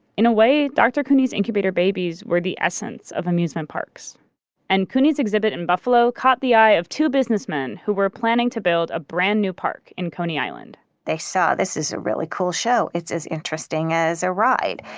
in a way, dr. couney's incubator babies where the essence of amusement parks and couney's exhibit in buffalo caught the eye of two businessmen who were planning to build a brand new park in coney island they saw this as a really cool show. it's as interesting as a ride.